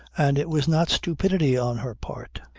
and it was not stupidity on her part.